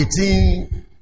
18